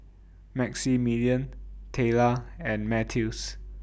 Maximillian Tayla and Mathews